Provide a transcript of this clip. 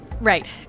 Right